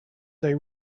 they